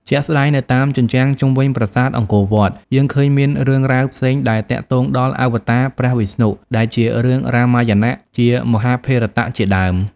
ជាក់ស្តែងនៅតាមជញ្ជាំងជុំវិញប្រាសាទអង្គវត្តយើងឃើញមានរឿងរ៉ាវផ្សេងដែលទាក់ទងដល់ អវតាព្រះវស្ណុ ដូចជារឿងរាមាយណៈ ជាមហាភារតៈជាដើម។